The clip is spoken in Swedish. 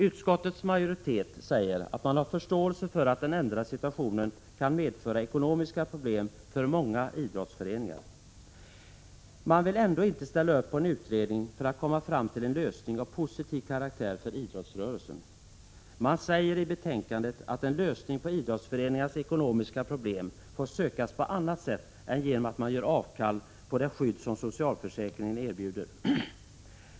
Utskottets majoritet säger sig ha förståelse för att den ändrade situationen kan medföra ekonomiska problem för många idrottsföreningar, men vill ändå inte ställa upp bakom kravet på en utredning för att komma fram till en lösning av positiv karaktär för idrottsrörelsen. Utskottsmajoriteten säger i betänkandet att en lösning på idrottsföreningarnas ekonomiska problem får sökas på annat sätt än genom avkall på det skydd som socialförsäkringarna erbjuder.